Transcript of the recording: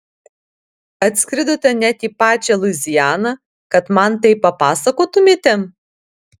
atskridote net į pačią luizianą kad man tai papasakotumėte